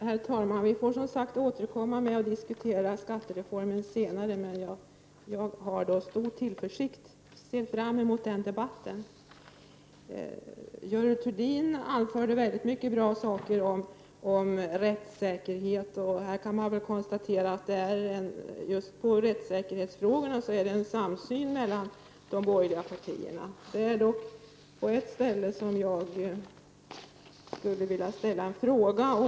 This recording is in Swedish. Herr talman! Vi får som sagt återkomma till att diskutera skattereformen senare. Jag ser med stor tillförsikt fram emot den debatten. Görel Thurdin anförde mycket bra saker när det gäller rättssäkerheten. Här kan man nog konstatera att när det just gäller rättssäkerhetsfrågorna finns en samsyn mellan de borgerliga partierna. På en punkt skulle jag dock vilja ställa en fråga.